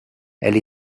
elle